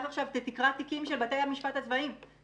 עכשיו ותתחיל לקרוא תיקים של בתי המשפט הצבאיים.